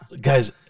Guys